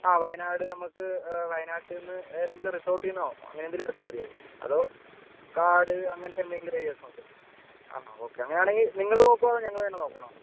ആ വയനാട് നമുക്ക് വയനാടിന് ഏതെങ്കിലും റിസോർട്ടിൽനിന്നോ അങ്ങനെയെന്തെങ്കിലും എടുത്താൽ മതിയാവുവോ അതോ കാട് അങ്ങനത്തെ എന്തെങ്കിലും ഐഡിയസ് മതിയോ ആ ഓക്കേ അങ്ങനെയാണെങ്കിൽ നിങ്ങളും നിങ്ങൾ നോക്കുവോ അതോ ഞങ്ങൾ തന്നെ നോക്കണോ